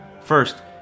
First